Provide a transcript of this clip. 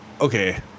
okay